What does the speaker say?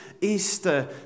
Easter